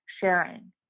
sharing